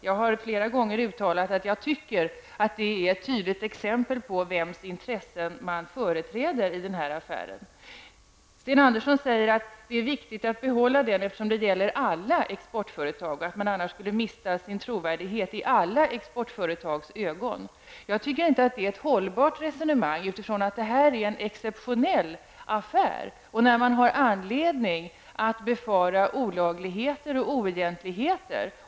Jag har flera gånger uttalat att det är ett tydligt exempel på vems intressen man företräder i den här affären. Sten Andersson säger att det är viktigt att behålla affärssekretessen eftersom den gäller för alla exportföretag och att man annars skulle mista sin trovärdighet i alla exportföretags ögon. Jag tycker inte att det är ett hållbart resonemang eftersom det här är en exceptionell affär där man har all anledning att befara olagligheter och oegentligheter.